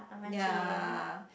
ya